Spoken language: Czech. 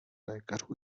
lékařů